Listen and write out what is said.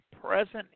present